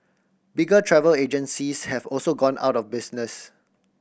bigger travel agencies have also gone out of business